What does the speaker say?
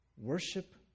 Worship